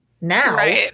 now